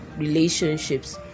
relationships